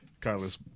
Carlos